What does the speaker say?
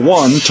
one